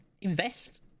invest